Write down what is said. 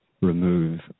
remove